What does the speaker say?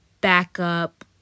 backup